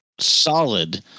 solid